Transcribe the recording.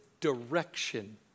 direction